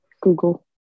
Google